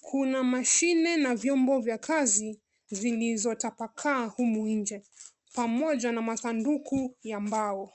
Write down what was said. Kuna mashine na vyombo vya kazi zilizotapakaa humu nje pamoja na masunduku ya mbao.